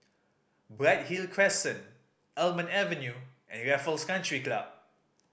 Bright Hill Crescent Almond Avenue and Raffles Country Club